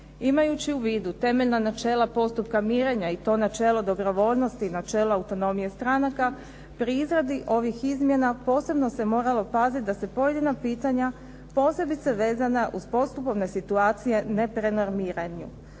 Imajući u vidu temeljna načela postupka mirenja i to načelo dobrovoljnosti i načelo autonomije stranaka, pri izradi ovih izmjena posebno se moralo paziti da se pojedina pitanja posebice vezana uz postupovne situacije ne prenormiraju.